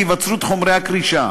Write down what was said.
להיווצרות חומרי הקרישה.